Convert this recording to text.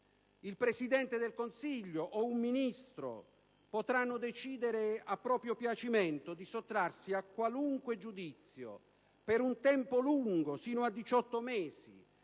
il Presidente del Consiglio o un Ministro potranno decidere a proprio piacimento di sottrarsi a qualunque giudizio per un tempo lungo sino a 18 mesi,